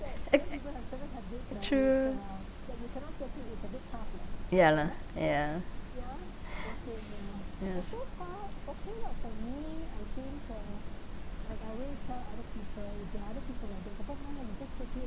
ac~ true ya lah ya ya